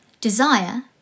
desire